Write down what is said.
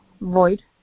void